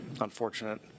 unfortunate